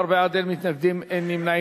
14 בעד, אין מתנגדים, אין נמנעים.